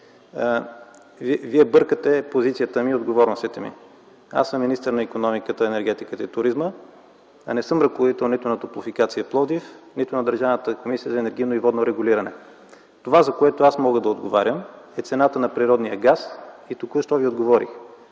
Вие бъркате позицията ми и отговорностите ми. Аз съм министър на икономиката, енергетиката и туризма, а не съм ръководител нито на „Топлофикация” – Пловдив, нито на Държавната комисия за енергийно и водно регулиране. Това, за което аз мога да отговарям, е цената на природния газ и току-що Ви отговорих.